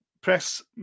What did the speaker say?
press